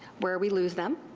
where we lose them.